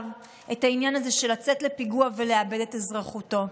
את העניין הזה של לצאת לפיגוע ולאבד את אזרחותו.